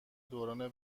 دوران